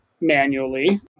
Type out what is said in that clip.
manually